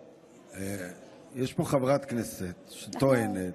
יש פה חברת כנסת שטוענת.